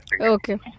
Okay